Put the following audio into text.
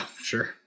sure